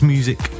Music